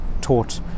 taught